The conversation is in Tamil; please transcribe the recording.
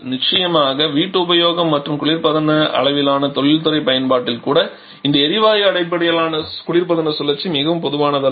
நிச்சயமாக வீட்டுபயோகம் மற்றும் பெரிய அளவிலான தொழில்துறை பயன்பாட்டில் கூட இந்த எரிவாயு அடிப்படையிலான குளிர்பதன சுழற்சி மிகவும் பொதுவானதல்ல